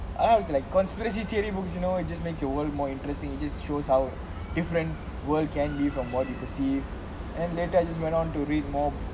I was like conspiracy theory books you know it just makes your world more interesting you just shows how different world can live from what you perceive and later I just went on to read more